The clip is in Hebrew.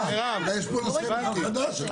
חברת הכנסת בן ארי?